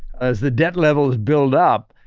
as the debt levels build up,